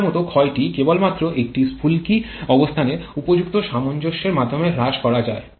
সময়ের মতো ক্ষয়টি কেবলমাত্র একটি স্ফুলকি অবস্থানের উপযুক্ত সামঞ্জস্যের মাধ্যমে হ্রাস করা যায়